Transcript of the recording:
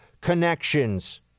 connections